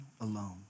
alone